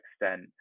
extent